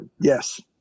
Yes